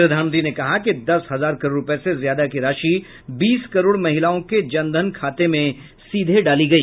प्रधानमंत्री ने कहा कि दस हजार करोड़ रूपये से ज्यादा की राशि बीस करोड़ महिलाओं के जन धन खाते में सीधे डाली गई